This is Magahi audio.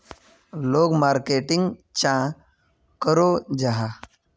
लोग मार्केटिंग चाँ करो जाहा?